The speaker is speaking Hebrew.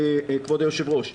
כבוד היושב-ראש,